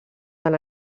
van